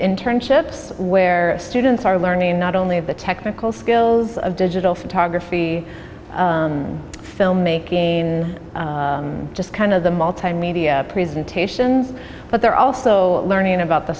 internships where students are learning not only of the technical skills of digital photography filmmaking just kind of the multimedia presentations but they're also learning about the